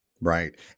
Right